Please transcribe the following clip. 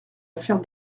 affaire